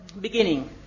beginning